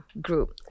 group